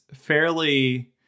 fairly